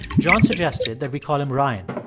john suggested that we call him ryan.